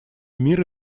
мира